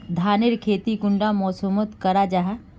धानेर खेती कुंडा मौसम मोत करा जा?